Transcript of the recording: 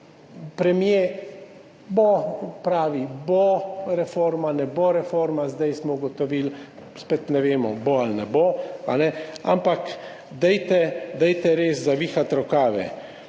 Premier pravi, bo reforma, ne bo reforme, zdaj smo ugotovili, spet ne vemo, bo ali ne bo. Ampak dajte, dajte res zavihati rokave.